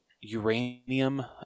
uranium